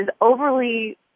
overly